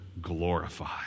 glorify